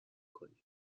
کنیم